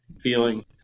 feeling